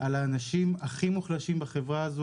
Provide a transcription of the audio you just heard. האנשים הכי מוחלשים בחברה הזאת,